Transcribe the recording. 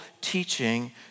teaching